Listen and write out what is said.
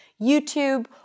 YouTube